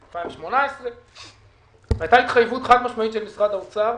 2018. הייתה התחייבות חד-משמעית של משרד האוצר,